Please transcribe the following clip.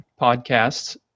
podcasts